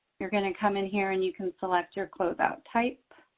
you're going to come in here and you can select your closeout type.